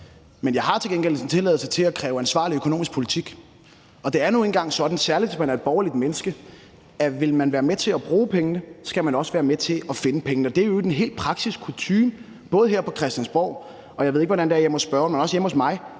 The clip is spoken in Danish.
Men jeg har til gengæld en tilladelse til at kræve ansvarlig økonomisk politik, og det er nu engang sådan, særlig hvis man er et borgerligt menneske, at vil man være med til at bruge pengene, skal man også være med til at finde pengene. Og det er i øvrigt helt kutyme, både her på Christiansborg – jeg ved ikke, hvordan det er hjemme hos spørgeren – men også hjemme hos mig,